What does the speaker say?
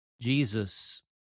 Jesus